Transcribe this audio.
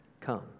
come